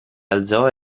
alzò